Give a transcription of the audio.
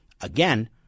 Again